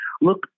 look